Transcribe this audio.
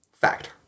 Fact